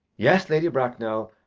yes, lady bracknell.